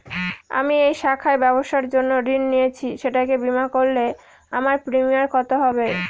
আমি এই শাখায় ব্যবসার জন্য ঋণ নিয়েছি সেটাকে বিমা করলে আমার প্রিমিয়াম কত হবে?